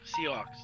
Seahawks